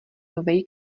novej